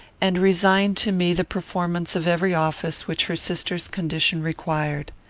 and resign to me the performance of every office which her sister's condition required.